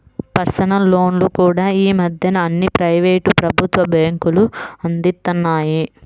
personal లోన్లు కూడా యీ మద్దెన అన్ని ప్రైవేటు, ప్రభుత్వ బ్యేంకులూ అందిత్తన్నాయి